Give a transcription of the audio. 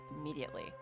immediately